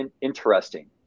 interesting